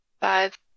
five